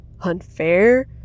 Unfair